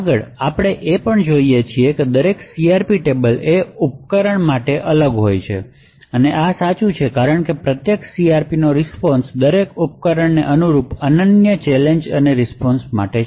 આગળ આપણે એ પણ જોઇએ છીએ કે દરેક CRP ટેબલ એ ઉપકરણ માટે અલગ હોય છે અને આ સાચું છે કારણ કે પ્રત્યેક CRPનો રીસ્પોન્શ દરેક ઉપકરણને અનુરૂપ અનન્ય ચેલેંજ અને રીસ્પોન્શ માટે છે